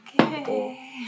Okay